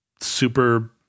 super